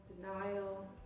denial